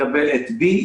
תקבל את B,